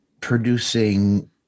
producing